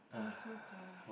I'm so tired